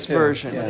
version